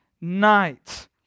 night